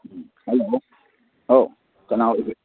hello ꯍꯥꯎ ꯀꯅꯥ ꯑꯣꯏꯕꯤꯔꯕꯅꯣ